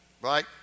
Right